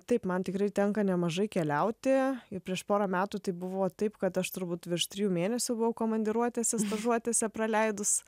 taip man tikrai tenka nemažai keliauti ir prieš porą metų tai buvo taip kad aš turbūt virš trijų mėnesių buvau komandiruotėse stažuotėse praleidus